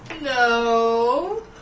No